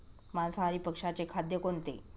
मांसाहारी पक्ष्याचे खाद्य कोणते?